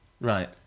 Right